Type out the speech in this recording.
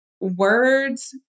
words